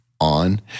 on